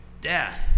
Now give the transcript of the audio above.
death